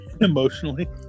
Emotionally